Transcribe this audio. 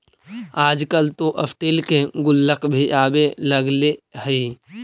आजकल तो स्टील के गुल्लक भी आवे लगले हइ